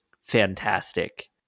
fantastic